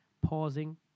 pausing